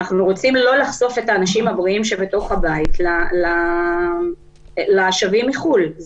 לא לחשוף את האנשים הבריאים שבתוך הבית לשבים מחו"ל.